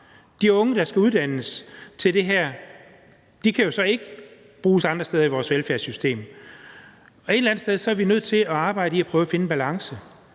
De unge, der skal uddannes til det her, kan jo så ikke bruges andre steder i vores velfærdssystem, og et eller andet sted er vi nødt til at arbejde med at prøve at finde en balance